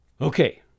Okay